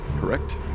Correct